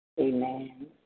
Amen